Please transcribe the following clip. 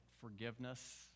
forgiveness